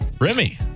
Remy